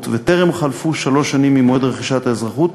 וטרם חלפו שלוש שנים ממועד רכישת האזרחות,